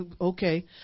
Okay